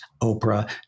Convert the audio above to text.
Oprah